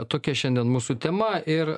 tokia šiandien mūsų tema ir